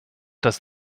das